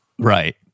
Right